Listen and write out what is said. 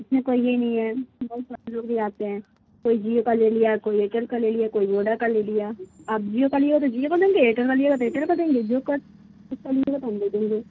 اس میں کوئی یہ نہیں ہے بہت سار لوگ بھی آتے ہیں کوئی جیو کا لے لیا کوئی ائٹیل کا لے لیا کوئی ووڈر کا لے لیا آپ جیو کا لیے تو جیو کو دیں گے ائرٹل کا لے گا تو ائٹل کا دیں گے جیو کا اس کا لیے گ ہم دے دیں گے